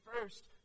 first